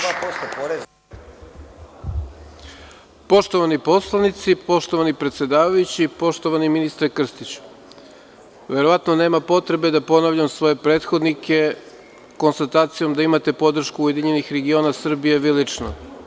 Poštovani poslanici, poštovani predsedavajući, poštovani ministre Krstiću, verovatno nema potrebe da ponavljam svoje prethodnike konstatacijom da imate podršku URS vi lično.